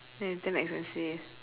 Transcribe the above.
ya it's damn expensive